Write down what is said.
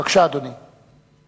בבקשה, אדוני.